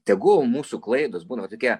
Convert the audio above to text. tegul mūsų klaidos būna tokie